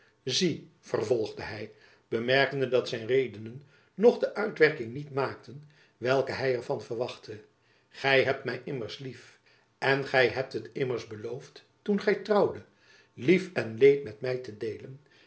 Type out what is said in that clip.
zie vervolgde hy bemerkende dat zijn redenen nog de uitwerking niet maakten welke hy er van verwachtte gy hebt my immers lief en gy hebt het immers beloofd toen gy trouwdet lief en leed met my te deelen